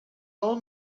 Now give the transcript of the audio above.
old